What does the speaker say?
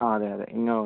ആ അതെ അതെ ഇന്നോവ